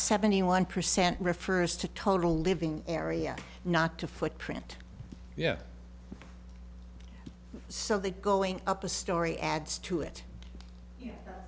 seventy one percent refers to total living area not to footprint yeah so they going up the story adds to it